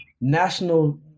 national